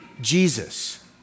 Jesus